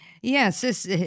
Yes